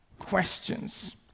questions